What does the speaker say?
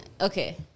Okay